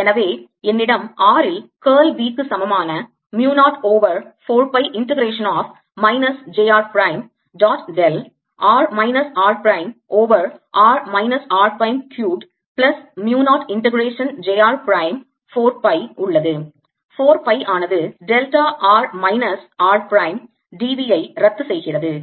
எனவே என்னிடம் rல் curl B க்கு சமமான mu 0 over 4 pi integration of minus j r prime dot del r minus r prime over r minus r prime cubed plus mu 0 integration j r prime 4 pi உள்ளது 4 pi ஆனது delta r minus r prime d v ஐ ரத்து செய்கிறது